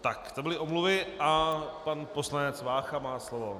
Tak to byly omluvy a pan poslanec Vácha má slovo.